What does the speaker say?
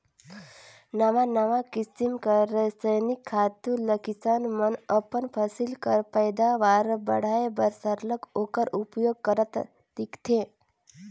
नावा नावा किसिम कर रसइनिक खातू ल किसान मन अपन फसिल कर पएदावार बढ़ाए बर सरलग ओकर उपियोग करत दिखथें